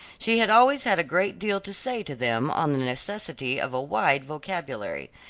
she had always had a great deal to say to them on the necessity of a wide vocabulary,